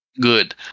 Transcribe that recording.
Good